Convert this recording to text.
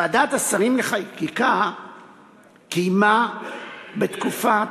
ועדת השרים לחקיקה קיימה בתקופת